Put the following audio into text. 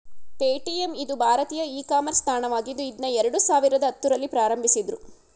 Paytm ಇದು ಭಾರತೀಯ e commerce ತಾಣವಾಗಿದ್ದು ಇದ್ನಾ ಎರಡು ಸಾವಿರದ ಹತ್ತುರಲ್ಲಿ ಪ್ರಾರಂಭಿಸಿದ್ದ್ರು